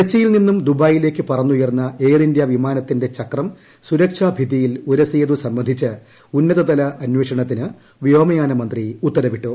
ത്രിച്ചിയിൽ നിന്നും ദുബായിലേക്ക് പറന്നുയർന്ന എയർഇന്ത്യ വിമാനത്തിന്റെ ചക്രം സുരക്ഷാ ഭിത്തിയിൽ ഉരസിയതു സംബന്ധിച്ച് ഉന്നതതല അന്വേഷണത്തിന് വ്യോമയാനമന്ത്രി ഉത്തരവിട്ടു